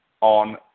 on